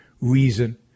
reason